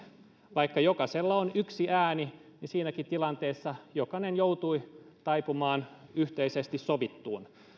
vaikka jokaisella on yksi ääni niin siinäkin tilanteessa jokainen joutui taipumaan yhteisesti sovittuun